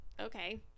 okay